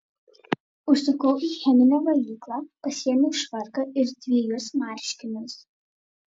užsukau į cheminę valyklą pasiėmiau švarką ir dvejus marškinius